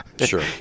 Sure